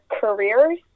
careers